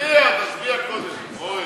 הצעת חוק מיסוי מקרקעין (תיקון מס' 85),